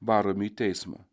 varomi į teismą